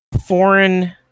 Foreign